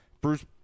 Bruce